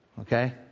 okay